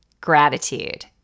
gratitude